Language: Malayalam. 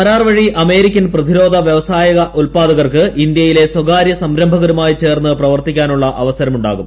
കരാർ വഴി അമേരിക്കൻ പ്രതിരോധ വ്യാവസായിക ഉത്പാദകർക്ക് ഇന്ത്യയിലെ സ്വകാര്യ സംരംഭകരുമായി ചേർന്ന് പ്രവർത്തിക്കാനുള്ള അവസരം ഉണ്ടാകും